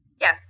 Yes